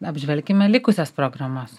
apžvelkime likusias programas